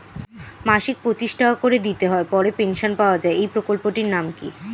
মাসিক পঁচিশ টাকা করে দিতে হয় পরে পেনশন পাওয়া যায় এই প্রকল্পে টির নাম কি?